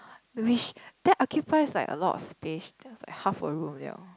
which that occupies like a lot of space that was like half a room liao